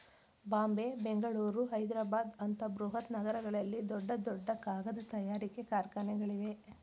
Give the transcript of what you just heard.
ಬಾಂಬೆ, ಬೆಂಗಳೂರು, ಹೈದ್ರಾಬಾದ್ ಅಂತ ಬೃಹತ್ ನಗರಗಳಲ್ಲಿ ದೊಡ್ಡ ದೊಡ್ಡ ಕಾಗದ ತಯಾರಿಕೆ ಕಾರ್ಖಾನೆಗಳಿವೆ